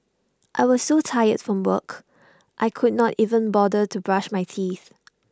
I was so tired from work I could not even bother to brush my teeth